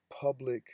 public